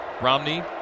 Romney